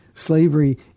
Slavery